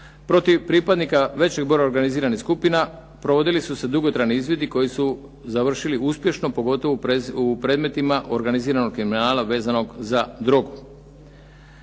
protiv pripadnika većeg broja organiziranih skupina provodili su se dugotrajni izvidi koji su završili uspješno pogotovo u predmetima organiziranog kriminala vezanog za drogu.